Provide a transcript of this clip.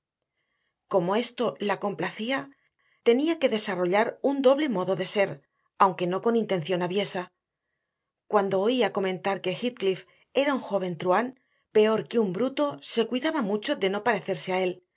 como esto la complacía tenía que desarrollar un doble modo de ser aunque no con intención aviesa cuando oía comentar que heathcliff era un joven truhán pero que un bruto se cuidaba mucho de no parecerse a él